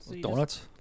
donuts